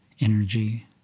energy